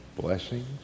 Blessings